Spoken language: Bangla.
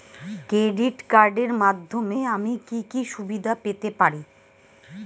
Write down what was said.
ক্রেডিট কার্ডের মাধ্যমে আমি কি কি সুবিধা পেতে পারি?